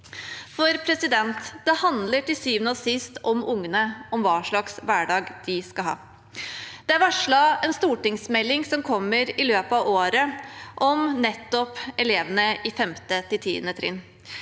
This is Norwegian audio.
For det handler til syvende og sist om ungene, om hva slags hverdag de skal ha. Det er varslet en stortingsmelding, som kommer i løpet av året, om elevene i 5.–10. trinn.